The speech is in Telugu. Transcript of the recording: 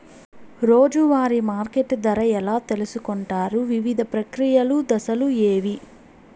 రోజూ వారి మార్కెట్ ధర ఎలా తెలుసుకొంటారు వివిధ ప్రక్రియలు దశలు ఏవి?